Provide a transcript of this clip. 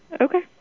Okay